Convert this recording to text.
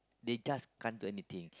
they just can't do anything